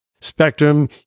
Spectrum